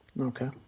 Okay